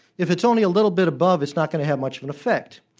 if it's only a little bit above, it's not going to have much of an effect.